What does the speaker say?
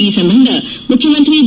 ಈ ಸಂಬಂಧ ಮುಖ್ಯಮಂತ್ರಿ ಬಿ